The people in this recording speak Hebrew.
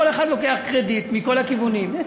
כל אחד לוקח קרדיט מכל הכיוונים.